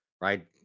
right